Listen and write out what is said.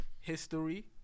history